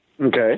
Okay